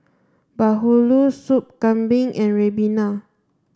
Bahulu Soup Kambing and Ribena